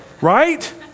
right